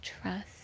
trust